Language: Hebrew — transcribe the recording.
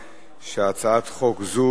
להעביר את הצעת חוק התכנון והבנייה (תיקון